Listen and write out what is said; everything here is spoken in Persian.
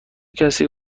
کسی